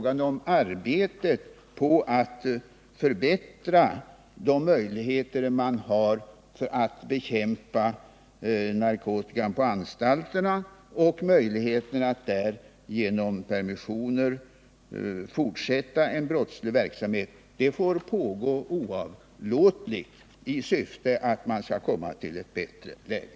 Arbetet på att förbättra möjligheterna att bekämpa narkotikan på anstalterna och stävja möjligheterna att där fortsätta en brottslig verksamhet får pågå oavlåtligt i syfte att åstadkomma ett bättre läge.